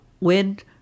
wind